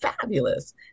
fabulous